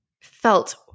felt